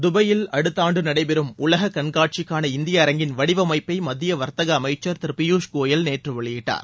தபாயில் அடுத்த ஆண்டு நடைபெறும் உலக கண்காட்சிக்காள இந்திய அரங்கின் வடிவமைப்பை மத்திய வர்த்தக அமைச்சர் திரு ஃபியூஷ் கோயல் நேற்று வெளியிட்டார்